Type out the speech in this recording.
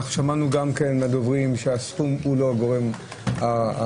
אנחנו שמענו מהדוברים שהסכום הוא לא הגורם המרתיע.